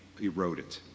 eroded